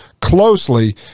closely